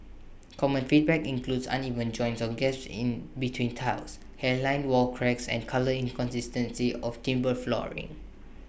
common feedback includes uneven joints or gaps in between tiles hairline wall cracks and colour inconsistency of timber flooring